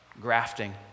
grafting